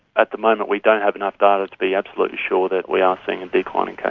at the moment we don't have enough data to be absolutely sure that we are seeing a decline in cases.